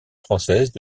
françaises